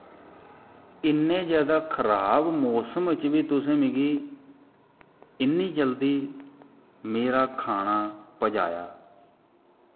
इन्ने जादा खराब मौसम च बी तुस मिगी इन्नी जल्दी मेरा खाना पजाया